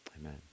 Amen